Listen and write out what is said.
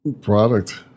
product